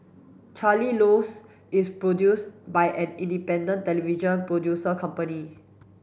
Charlie Rose is produced by an independent television producer company